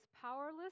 powerless